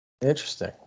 Interesting